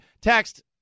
Text